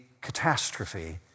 catastrophe